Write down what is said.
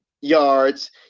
yards